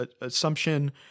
assumption